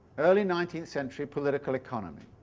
early nineteenth century political economy.